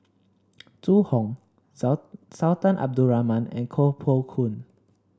Zhu Hong Sultan Abdul Rahman and Koh Poh Koon